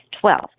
Twelve